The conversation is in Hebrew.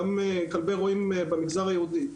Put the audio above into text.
גם כלבי רועים במגזר היהודי.